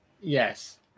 Yes